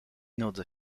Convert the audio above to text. nudzę